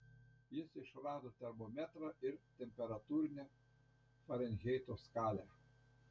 jis išrado termometrą ir temperatūrinę farenheito skalę